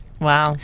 Wow